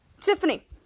Tiffany